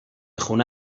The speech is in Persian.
خونه